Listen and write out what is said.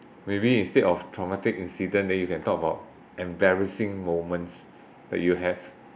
maybe instead of traumatic incident then you can talk about embarrassing moments that you have